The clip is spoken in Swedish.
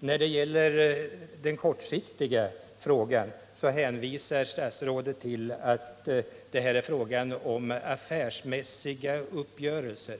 I den kortsiktiga frågan hänvisar statsrådet till att det här rör sig om affärsmässiga uppgörelser.